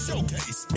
Showcase